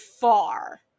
far